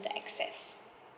the excess